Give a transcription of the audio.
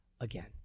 again